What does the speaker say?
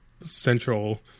central